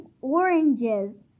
oranges